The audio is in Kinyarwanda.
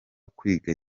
kwiga